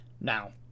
now